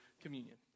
communion